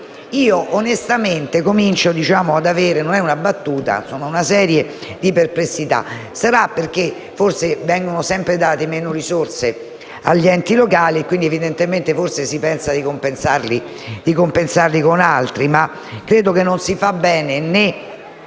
Io onestamente comincio ad avere - non è una battuta - una serie di perplessità; sarà forse perché vengono date sempre meno risorse agli enti locali e quindi evidentemente forse si pensa di compensarli con altro. Ma credo che non faccia bene né